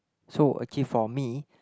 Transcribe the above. so actually for me